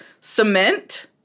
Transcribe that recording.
cement